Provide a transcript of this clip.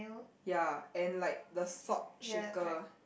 ya and like the salt shaker